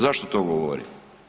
Zašto to govorim?